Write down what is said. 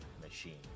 machine